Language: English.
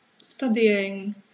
studying